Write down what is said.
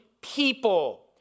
people